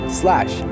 slash